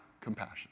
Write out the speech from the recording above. compassion